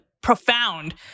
profound